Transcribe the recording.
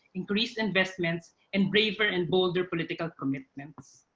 increased investments, and braver and bolder political commitments.